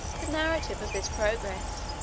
the narrative of this progress,